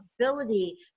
ability